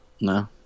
no